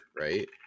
right